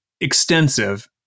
extensive